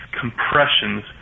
compressions